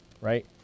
right